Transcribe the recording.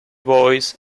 boys